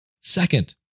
second